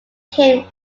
came